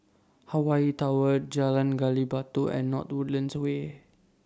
Hawaii Tower Jalan Gali Batu and North Woodlands Way